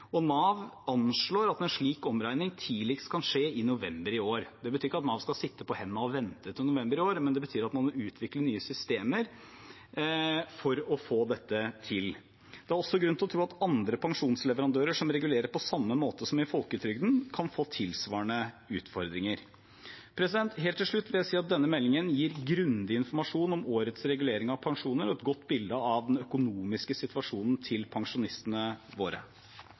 slik omregning tidligst kan skje i november i år. Det betyr ikke at Nav skal sitte på hendene og vente til november i år, men det betyr at man må utvikle nye systemer for å få dette til. Det er også grunn til å tro at andre pensjonsleverandører som regulerer på samme måte som i folketrygden, kan få tilsvarende utfordringer. Helt til slutt vil jeg si at denne meldingen gir grundig informasjon om årets regulering av pensjoner og et godt bilde av den økonomiske situasjonen til pensjonistene våre.